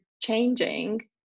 changing